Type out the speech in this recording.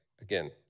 again